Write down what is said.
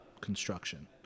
construction